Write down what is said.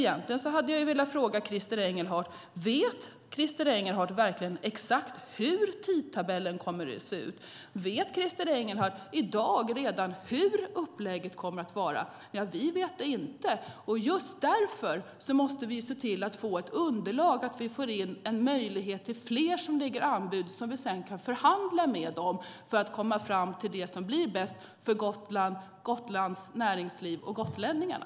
Egentligen hade jag velat fråga Christer Engelhardt: Vet Christer Engelhardt exakt hur tidtabellen kommer att se ut? Vet han redan i dag hur upplägget kommer att vara? Vi vet inte det. Just därför måste vi se till att få fler att lägga anbud så att vi sedan kan förhandla med dem och komma fram till det som blir bäst för Gotland, Gotlands näringsliv och gotlänningarna.